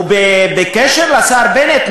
ובקשר לשר בנט,